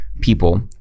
people